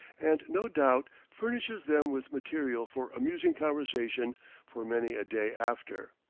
and, no doubt, furnishes them with material for amusing conversation for many a day after.